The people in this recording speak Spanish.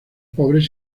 pobres